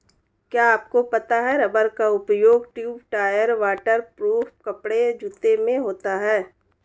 क्या आपको पता है रबर का उपयोग ट्यूब, टायर, वाटर प्रूफ कपड़े, जूते में होता है?